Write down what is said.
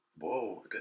whoa